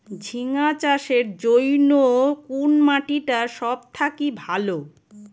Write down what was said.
ঝিঙ্গা চাষের জইন্যে কুন মাটি টা সব থাকি ভালো?